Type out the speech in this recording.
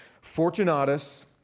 Fortunatus